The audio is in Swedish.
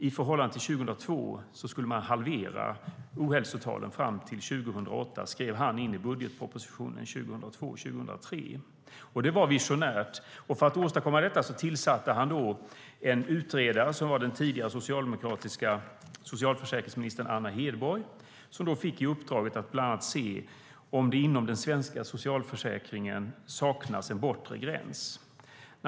I förhållande till 2002 skulle man halvera ohälsotalen fram till 2008, skrev han i budgetpropositionen 2002 p>Det var visionärt. För att åstadkomma detta tillsatte han en utredare, den tidigare socialdemokratiska socialförsäkringsministern Anna Hedborg, som fick i uppdrag att bland annat se om det inom den svenska socialförsäkringen saknas en bortre gräns.